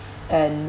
and